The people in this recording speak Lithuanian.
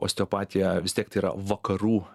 osteopatija vis tiek tai yra vakarų